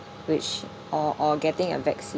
which or or getting a vaccine